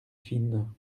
fine